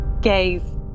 gaze